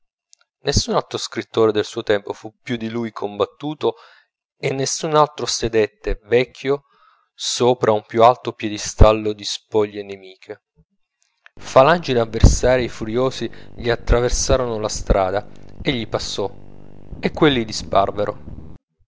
nessun altro scrittore del suo tempo fu più di lui combattuto e nessun altro sedette vecchio sopra un più alto piedestallo di spoglie nemiche falangi d'avversarii furiosi gli attraversarono la strada egli passò e quelli disparvero